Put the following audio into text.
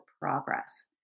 progress